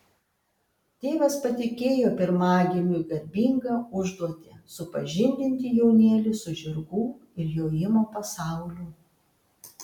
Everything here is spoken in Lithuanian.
tėvas patikėjo pirmagimiui garbingą užduotį supažindinti jaunėlį su žirgų ir jojimo pasauliu